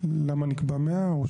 למה נקבע 100?